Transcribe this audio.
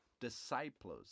disciples